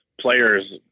players